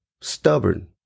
stubborn